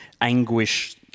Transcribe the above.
anguish